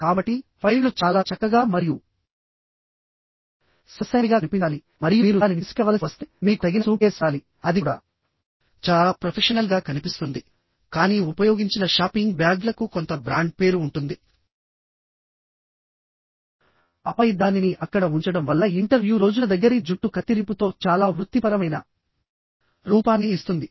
కాబట్టి ఫైళ్లు చాలా చక్కగా మరియు సొగసైనవిగా కనిపించాలి మరియు మీరు దానిని తీసుకెళ్లవలసి వస్తే మీకు తగిన సూట్ కేస్ ఉండాలి అది కూడా చాలా ప్రొఫెషనల్గా కనిపిస్తుంది కానీ ఉపయోగించిన షాపింగ్ బ్యాగ్లకు కొంత బ్రాండ్ పేరు ఉంటుంది ఆపై దానిని అక్కడ ఉంచడం వల్ల ఇంటర్వ్యూ రోజున దగ్గరి జుట్టు కత్తిరింపుతో చాలా వృత్తిపరమైన రూపాన్ని ఇస్తుంది